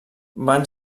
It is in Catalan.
van